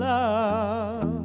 Love